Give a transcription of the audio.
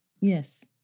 Yes